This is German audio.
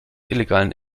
illegalen